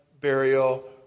burial